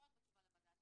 לא רק בתשובה לבג"צ,